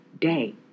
day